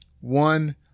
One